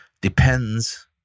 depends